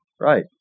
Right